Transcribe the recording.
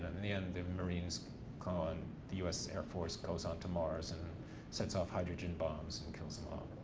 in the end the marines call and the us air force goes onto mars and sets off hydrogen bombs and kills them um